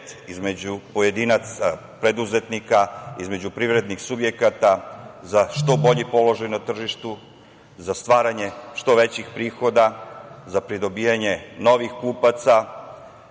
između pojedinaca, preduzetnika, između privrednih subjekata za što bolji položaj na tržištu, za stvaranje što većih prihoda, za pridobijanje novih kupaca,